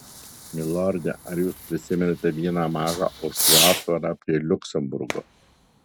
milorde ar jūs prisimenate vieną mažą ožkų aptvarą prie liuksemburgo